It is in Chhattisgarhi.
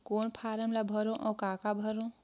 कौन फारम ला भरो और काका भरो?